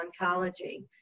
oncology